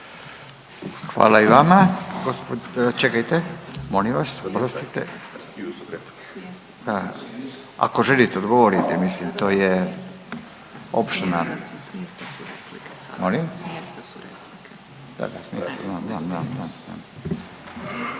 Hvala i vama. Čekajte molim vas, oprostite. Ako želite odgovorite, mislim to je …/Govornik se ne